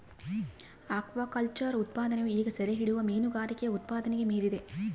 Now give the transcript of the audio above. aquaculture ಉತ್ಪಾದನೆಯು ಈಗ ಸೆರೆಹಿಡಿಯುವ ಮೀನುಗಾರಿಕೆ ಉತ್ಪಾದನೆನ ಮೀರಿದೆ